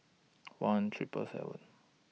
one Triple seven